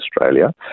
Australia